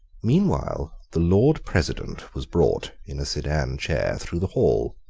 meanwhile the lord president was brought in a sedan chair through the hall.